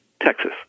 Texas